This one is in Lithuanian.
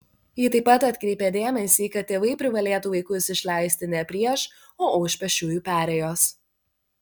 ji taip pat atkreipė dėmesį kad tėvai privalėtų vaikus išleisti ne prieš o už pėsčiųjų perėjos